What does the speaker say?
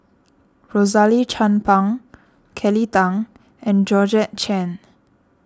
Rosaline Chan Pang Kelly Tang and Georgette Chen